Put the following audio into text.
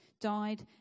died